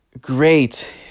great